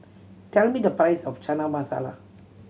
tell me the price of Chana Masala